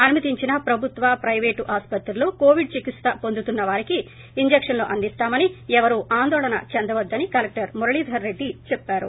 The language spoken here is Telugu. అనుమతించిన ప్రభుత్వ ప్లిపేటు ఆసుపత్రుల్లో కోవిడ్ చికిత్స పొందుతున్న వారికి ఇంజకన్లు అందిస్తామని ఎవరూ ఆందోళన చెందవద్దని కలెక్టర్ మురళీధర్ రెడ్డి చెప్పారు